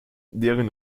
deren